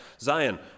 Zion